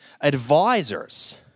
advisors